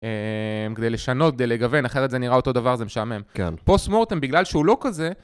כדי לשנות, כדי לגוון, אחרת זה נראה אותו דבר, זה משעמם. כן. פוסט מורטם בגלל שהוא לא כזה...